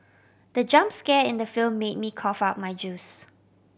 the jump scare in the film made me cough out my juice